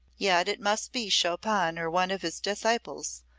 yet it must be chopin or one of his disciples,